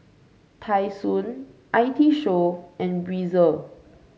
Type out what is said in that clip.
Tai Sun I T Show and Breezer